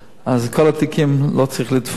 כל התיקים, לא צריך לתפור להם.